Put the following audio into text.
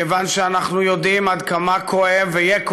כיוון שאנחנו יודעים עד כמה כואב, ויהיה כואב,